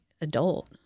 adult